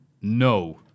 no